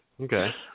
Okay